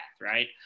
right